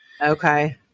Okay